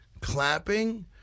clapping